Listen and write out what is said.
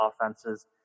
offenses